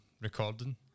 recording